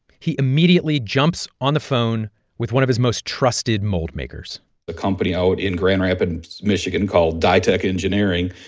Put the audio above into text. he immediately jumps on the phone with one of his most trusted mold makers a company out in grand rapids, mich, and called die-tech engineering.